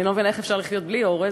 אני לא מבינה איך אפשר לחיות בלי אורז.